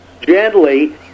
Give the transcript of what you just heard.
gently